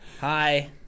hi